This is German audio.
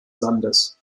landes